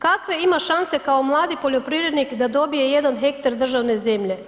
Kakve ima šanse kao mladi poljoprivrednik da dobije jedan hektar državne zemlje?